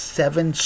seven